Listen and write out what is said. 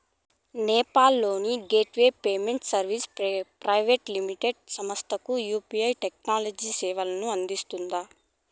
నేపాల్ లోని gateway payment services private limited సంస్థకు UPI technology సేవలను అందిస్తుందా?